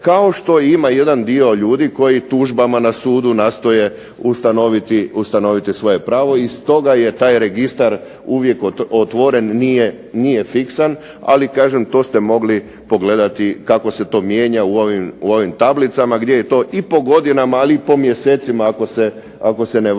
kao što ima jedan dio ljudi koji tužbama na sudu nastoje ustanoviti svoje pravo. I stoga je taj registar uvijek otvoren, nije fiksan, ali kažem to ste mogli pogledati kako se to mijenja u ovim tablicama, gdje je to i po godinama ali po mjesecima ako se ne varam